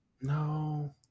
no